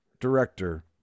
director